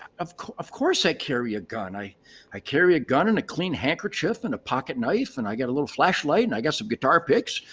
of of course i carry a gun. i i carry a gun and a clean handkerchief and a pocket knife. and i got a little flashlight and i got some guitar picks.